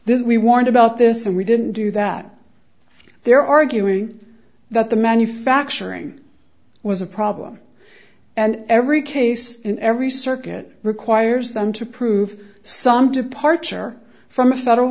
this we warned about this and we didn't do that they're arguing that the manufacturing was a problem and every case in every circuit requires them to prove some departure from a federal